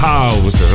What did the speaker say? House